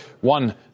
One